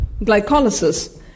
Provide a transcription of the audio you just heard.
glycolysis